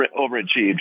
overachieved